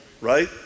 right